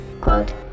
quote